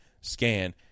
scan